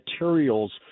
materials